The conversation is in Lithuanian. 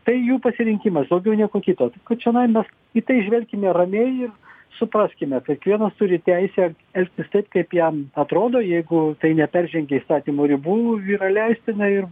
tai jų pasirinkimas daugiau nieko kita kad čionai mes į tai žvelkime ramiai ir supraskime kiekvienas turi teisę elgtis taip kaip jam atrodo jeigu tai neperžengia įstatymo ribų yra leistina ir